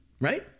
right